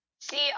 See